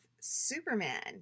Superman